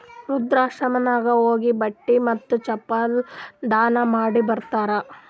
ವೃದ್ಧಾಶ್ರಮನಾಗ್ ಹೋಗಿ ಬಟ್ಟಿ ಮತ್ತ ಚಪ್ಪಲ್ ದಾನ ಮಾಡಿ ಬರ್ತಾರ್